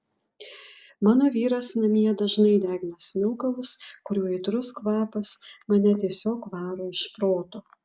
mano vyras namie dažnai degina smilkalus kurių aitrus kvapas mane tiesiog varo iš proto